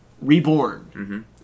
reborn